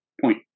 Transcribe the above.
point